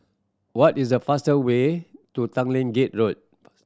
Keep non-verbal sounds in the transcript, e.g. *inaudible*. what is the faster way to Tanglin Gate Road *unintelligible*